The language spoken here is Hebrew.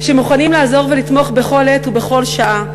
שמוכנים לעזור ולתמוך בכל עת ובכל שעה,